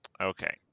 okay